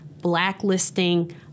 blacklisting